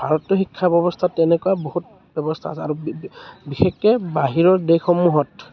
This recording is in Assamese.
ভাৰতীয় শিক্ষা ব্যৱস্থাত তেনেকুৱা বহুত ব্যৱস্থা আছে আৰু বিশেষকে বাহিৰৰ দেশসমূহত